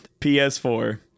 PS4